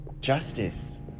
justice